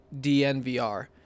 DNVR